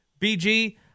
BG